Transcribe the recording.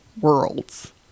worlds